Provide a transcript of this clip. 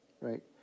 right